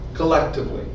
collectively